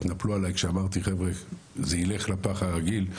התנפלו עליי כשאמרתי חבר'ה, זה ילך לפח הרגיל.